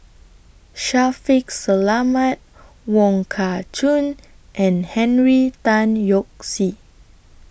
Shaffiq Selamat Wong Kah Chun and Henry Tan Yoke See